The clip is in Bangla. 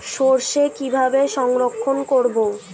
সরষে কিভাবে সংরক্ষণ করব?